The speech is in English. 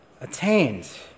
attained